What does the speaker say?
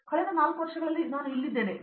ಕಳೆದ 4 ವರ್ಷಗಳಲ್ಲಿ ನಾನು ಇಲ್ಲಿದ್ದೇನೆ ನನ್ನ ಬಿ